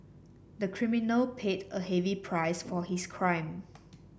the criminal paid a heavy price for his crime